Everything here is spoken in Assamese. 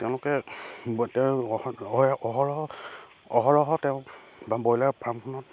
তেওঁলোকে অহৰহ অহৰহ তেওঁ বা ব্ৰইলাৰ ফাৰ্মখনত